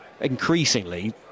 increasingly